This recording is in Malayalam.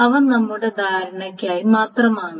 അവ നമ്മുടെ ധാരണയ്ക്കായി മാത്രമാണ്